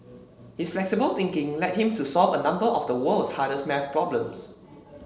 his flexible thinking led him to solve a number of the world's hardest maths problems